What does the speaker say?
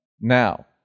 Now